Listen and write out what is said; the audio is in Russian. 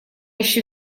еще